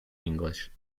english